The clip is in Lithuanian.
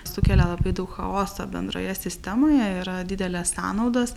sukelia labai daug chaoso bendroje sistemoje yra didelė sąnaudas